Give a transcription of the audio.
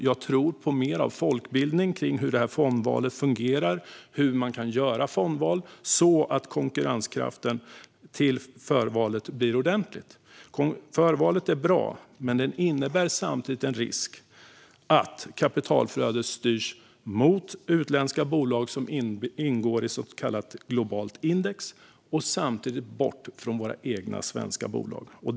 Jag tror på mer av folkbildning kring hur fondvalet fungerar så att dess konkurrenskraft i förhållande till förvalet blir ordentlig. Förvalet är bra, men det innebär samtidigt en risk att kapitalflödet styrs över mot utländska bolag som ingår i så kallat globalt index och samtidigt bort från våra egna svenska bolag.